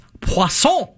poisson